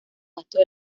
gastos